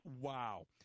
Wow